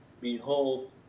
Behold